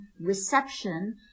reception